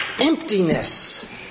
Emptiness